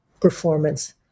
performance